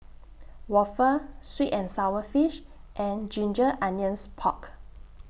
Waffle Sweet and Sour Fish and Ginger Onions Pork